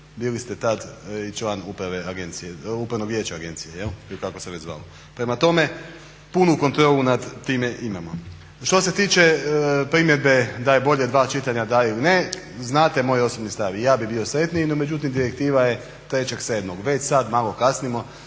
bili ste tada i član upravnog vijeća agencije jel' ili kako se već zvalo. Prema tome, punu kontrolu nad time imamo. Što se tiče primjedbe da je bolje dva čitanja da ili ne, znate moj osobni stav i ja bih bio sretniji no međutim direktiva je 3.7. već sada malo kasnimo